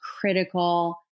critical